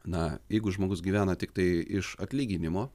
na jeigu žmogus gyvena tiktai iš atlyginimo